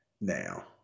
Now